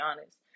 honest